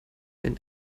wenn